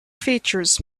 features